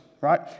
right